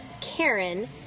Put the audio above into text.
Karen